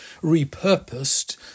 repurposed